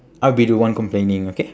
I'll be the one complaining okay